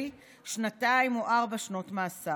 קרי שנתיים או ארבע שנות מאסר.